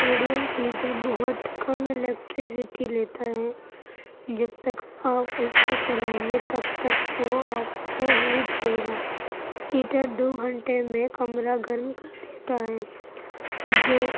radiant heater بہت کم electricity لیتا ہے جب تک آپ اس کو چلائیں گے تب تک وہ آپ کو ہیٹ دے گا ہیٹر دو گھنٹے میں کمرہ گرم کر دیتا ہے جو